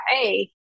hey